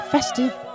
Festive